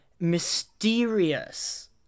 mysterious